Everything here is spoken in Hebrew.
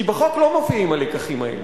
כי בחוק לא מופיעים הלקחים האלה.